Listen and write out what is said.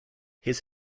his